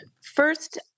First